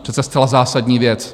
Přece zcela zásadní věc!